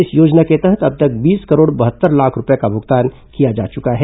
इस योजना के तहत अब तक बीस करोड़ बहत्तर लाख रूपए का भुगतान किया जा चुका है